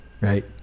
right